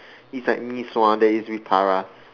it's like Mee-Sua that is para